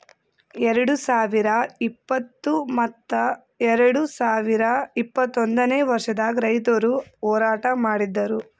ಎರಡು ಸಾವಿರ ಇಪ್ಪತ್ತು ಮತ್ತ ಎರಡು ಸಾವಿರ ಇಪ್ಪತ್ತೊಂದನೇ ವರ್ಷದಾಗ್ ರೈತುರ್ ಹೋರಾಟ ಮಾಡಿದ್ದರು